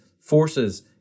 forces